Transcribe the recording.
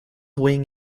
wing